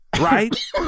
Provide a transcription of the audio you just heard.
right